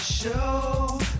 show